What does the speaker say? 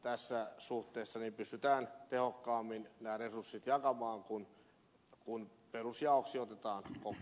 tässä suhteessa pystytään tehokkaammin nämä resurssit jakamaan kun perusjaoksi otetaan